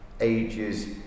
ages